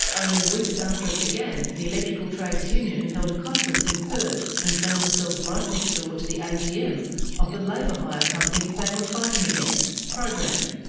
only weeks after it began, the electrical trades union held a conference in perth, and found themselves right next door to the agm of the labour hire company they were fighting against, programmed.